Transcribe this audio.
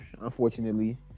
unfortunately